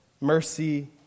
mercy